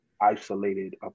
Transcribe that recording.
isolated